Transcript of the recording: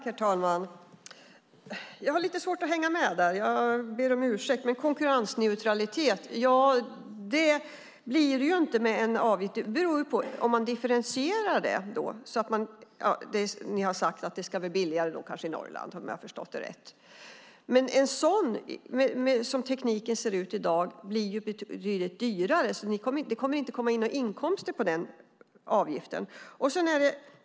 Herr talman! Jag har lite svårt att hänga med där. Jag ber om ursäkt. Men konkurrensneutralitet blir det ju inte med en avgift. Det beror på om man differentierar den. Ni har sagt att det kanske ska bli billigare i Norrland, om jag har förstått det rätt. Med en sådan blir det, som tekniken ser ut i dag, betydligt dyrare så det kommer inte att komma in några inkomster från den avgiften.